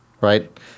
right